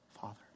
father